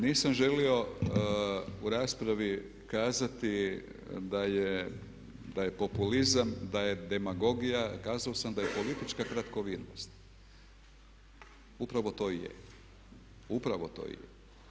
Nisam želio u raspravi kazati da je populizam, da je demagogija, kazao sam da je politička kratkovidnost, upravo to i je, upravo to i je.